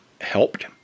helped